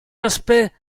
aspect